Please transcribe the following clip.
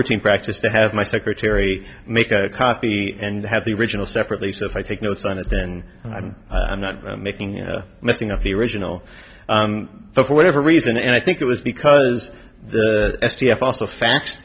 routine practice to have my secretary make a copy and have the original separately so if i take notes on it then i'm not making messing up the original for whatever reason and i think it was because the s t s also fa